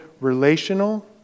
relational